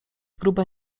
grube